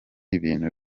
ibintu